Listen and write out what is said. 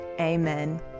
Amen